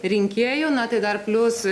rinkėjų na tai dar plius